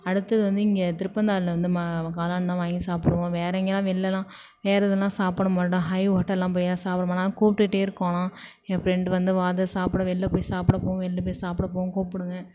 அடுத்தது வந்து இங்கே திருப்பந்தாள்ல வந்து ம காளான்தான் வாங்கி சாப்பிடுவோம் வேற எங்கேயும்லாம் வெளிலலாம் வேற எதுவும்லாம் சாப்பிட மாட்டோம் ஹை ஓட்டல்லாம் போய்லாம் சாப்பிட மாட் நான் கூப்பிட்டுட்டே இருக்கும் ஆனால் ஏன் ஃப்ரெண்டு வந்து வாத சாப்பிட வெளில போய் சாப்பிட போவோம் வெளில போய் சாப்பிட போவோம்னு கூப்பிடுங்க